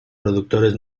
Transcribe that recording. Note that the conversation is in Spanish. productores